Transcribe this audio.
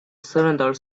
cylinder